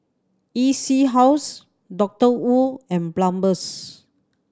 E C House Doctor Wu and Palmer's